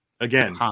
Again